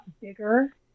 bigger